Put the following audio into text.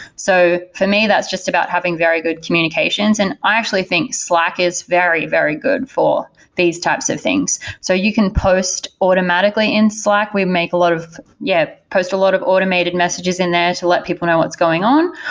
so for me, that's just about having very good communications, and i actually think slack is very, very good for these types of things. so you can post automatically in slack. we make a lot of yeah, post a lot of automated messages in there to let people know what's going on.